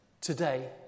today